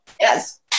yes